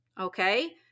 okay